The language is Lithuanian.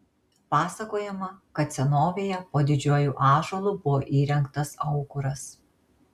pasakojama kad senovėje po didžiuoju ąžuolu buvo įrengtas aukuras